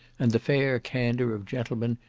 and the fair candour of gentlemen,